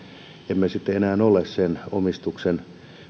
emme sitten enää ole sen omistuksen